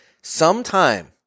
sometime